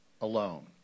alone